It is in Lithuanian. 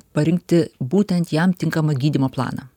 parinkti būtent jam tinkamą gydymo planą